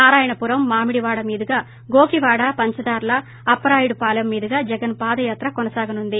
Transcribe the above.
నారాయణపురం మామిడివాడ మీదుగా గోకివాడ పంచదార్ల అప్సరాయడుపాలెం మీదుగా జగన్ పాదయాత్ర కొనసాగనుంది